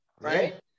right